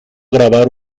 grabar